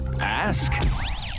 ask